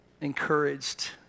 encouraged